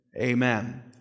Amen